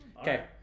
Okay